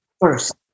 first